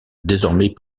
désormais